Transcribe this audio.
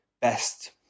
best